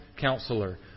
Counselor